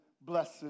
blessed